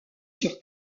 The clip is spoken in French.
sur